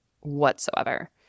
whatsoever